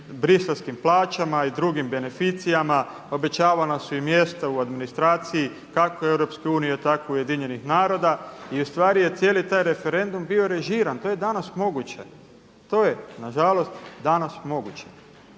briselskim plaćama i drugim beneficijama, obećavana su im mjesta u administraciji kako EU tako UN-a i ustvari je cijeli taj referendum bio režiran to je danas moguće, to je nažalost danas moguće